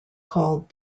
called